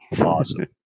Awesome